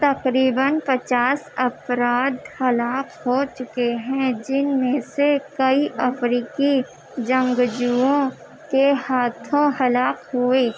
تقریباً پچاس افراد ہلاک ہو چکے ہیں جن میں سے کئی افریقی جنگجوؤں کے ہاتھوں ہلاک ہوئے